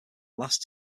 last